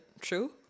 true